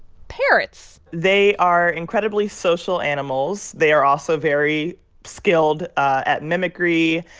parrots they are incredibly social animals. they are also very skilled at mimicry,